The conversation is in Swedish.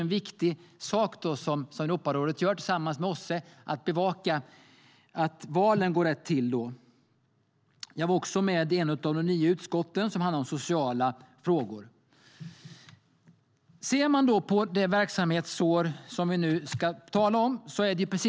En viktig sak som Europarådet gör tillsammans med OSSE är att bevaka att valen går rätt till. Jag var också med i ett av de nio utskotten som handlar om sociala frågor.